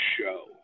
show